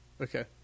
Okay